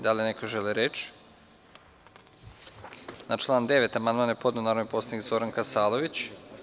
Da li neko želi reč? (Ne.) Na član 9. amandman je podneo narodni poslanik Zoran Kasalović.